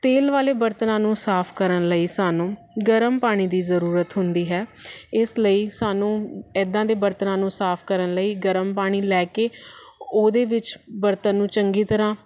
ਤੇਲ ਵਾਲੇ ਬਰਤਨਾਂ ਨੂੰ ਸਾਫ ਕਰਨ ਲਈ ਸਾਨੂੰ ਗਰਮ ਪਾਣੀ ਦੀ ਜ਼ਰੂਰਤ ਹੁੰਦੀ ਹੈ ਇਸ ਲਈ ਸਾਨੂੰ ਇੱਦਾਂ ਦੇ ਬਰਤਨਾਂ ਨੂੰ ਸਾਫ ਕਰਨ ਲਈ ਗਰਮ ਪਾਣੀ ਲੈ ਕੇ ਉਹਦੇ ਵਿੱਚ ਬਰਤਨ ਨੂੰ ਚੰਗੀ ਤਰ੍ਹਾਂ